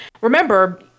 remember